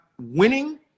winning